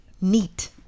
neat